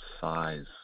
size